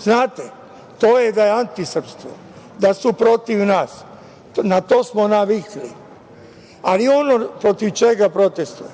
Znate, to je antisrpstvo, da su protiv nas, na to smo navikli, ali ono protiv čega protestvujem